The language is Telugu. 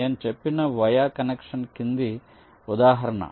నేను చెప్పిన వయా కనెక్షన్ కి ఇది ఉదాహరణ